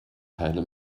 teile